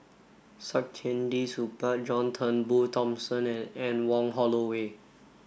Saktiandi Supaat John Turnbull Thomson and Anne Wong Holloway